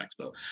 Expo